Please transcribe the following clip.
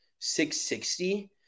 660